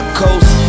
coast